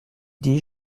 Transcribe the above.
dis